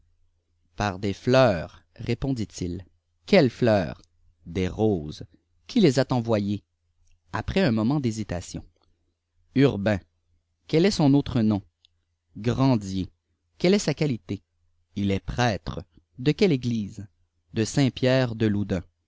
par des fleurs répondit-il quelle fleurs des roses qui les a envoyées aptes un moment d'hésitation urbain quel est sou autre nom grandier quelle est sa qualité il est prêtre de quelle église de saint-pierre de